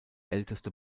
älteste